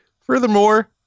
Furthermore